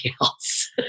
else